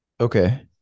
Okay